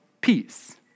peace